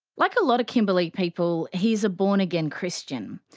like a lot of kimberley people, he's a born-again christian,